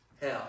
hell